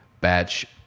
batch